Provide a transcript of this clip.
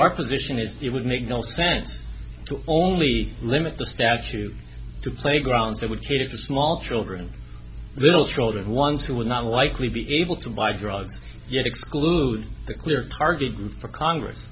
our position is it would make no sense to only limit the statute to playgrounds that would trade it for small children little children ones who would not likely be able to buy drugs yet exclude the clear target for congress